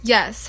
Yes